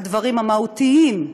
הדברים המהותיים,